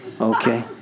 okay